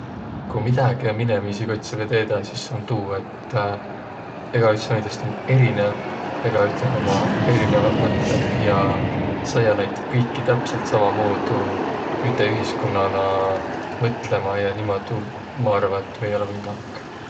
Ku midägi om inemiisi kotsilõ teedäq, sis om tuu, et egäüts näidest om erinev, egäüteh ommaq erineväq mõttõq ja saiaq naid kõiki täpselt sammamuudu üte ühiskonnana mõtlõma ja niimuudu, ma arva, et ei olõq võimalik